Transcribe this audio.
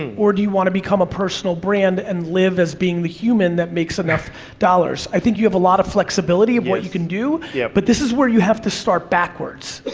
or do you wanna become a personal brand and live as being the human that makes enough dollars? i think you have a lot of flexibility of what you can do, yeah but this is where you have to start backwards.